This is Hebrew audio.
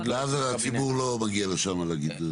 ואז הציבור לא מגיע לשם להגיד.